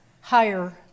higher